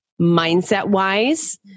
mindset-wise